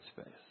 space